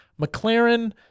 McLaren